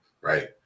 right